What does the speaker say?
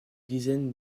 dizaine